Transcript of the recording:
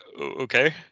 okay